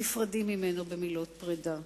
נפרדים ממנו במילות פרידה.